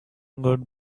good